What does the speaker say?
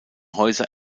häuser